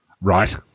Right